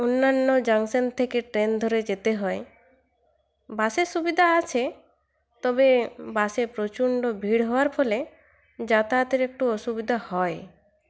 অন্যান্য জংশন থেকে ট্রেন ধরে যেতে হয় বাসের সুবিধা আছে তবে বাসে প্রচণ্ড ভিড় হওয়ার ফলে যাতায়াতের একটু অসুবিধা হয়